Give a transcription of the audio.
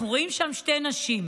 אנחנו רואים שם שתי נשים.